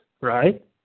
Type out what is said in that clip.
right